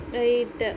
right